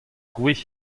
gwez